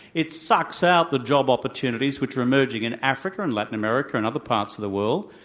it sucks out the job opportunities which were emerging in africa and latin america and other parts of the world.